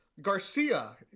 Garcia